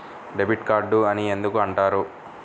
Debit card అని ఎందుకు అంటారు?